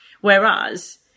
Whereas